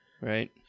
right